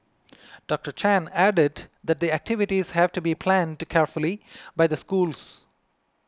Doctor Chan added that the activities have to be planned carefully by the schools